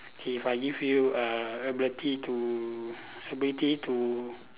okay if I give you uh ability to ability to